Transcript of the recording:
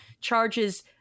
charges